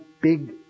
big